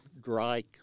dry